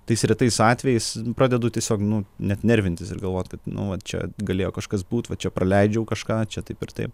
tais retais atvejais pradedu tiesiog nu net nervintis ir galvot kad nu vat čia galėjo kažkas būt vat čia praleidžiau kažką čia taip ir taip